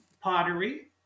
pottery